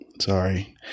Sorry